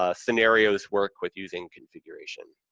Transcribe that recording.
ah scenarios work with using configuration.